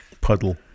Puddle